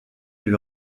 lui